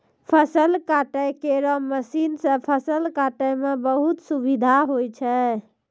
फसल काटै केरो मसीन सँ फसल काटै म बहुत सुबिधा होय छै